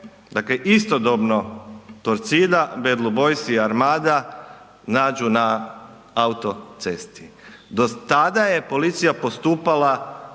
istodobno Torcida, Bad Blue Boys-i i Armada nađu na autocesti. Do tada je policija postupala